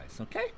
okay